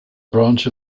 branch